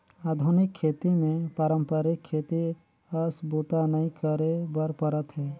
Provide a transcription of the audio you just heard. आधुनिक खेती मे पारंपरिक खेती अस बूता नइ करे बर परत हे